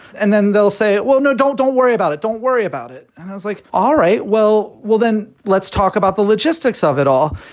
and then they'll say, well, no, don't don't worry about it. don't worry about it. and i was like, all right, well well, then let's talk about the logistics of it all.